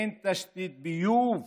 אין תשתית ביוב